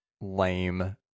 lame